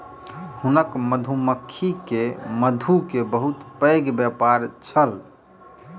हुनकर मधुमक्खी के मधु के बहुत पैघ व्यापार छल